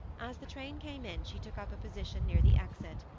as the train came in she took up a position near the exit.